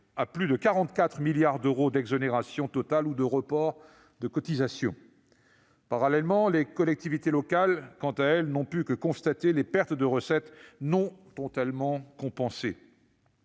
à plus de 44 milliards d'euros d'exonérations totales ou de reports de cotisations. Parallèlement, les collectivités locales, elles, n'ont pu que constater des pertes de recettes non totalement compensées.